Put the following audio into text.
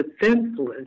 defenseless